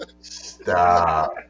stop